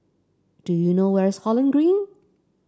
do you know where is Holland Green